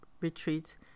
retreats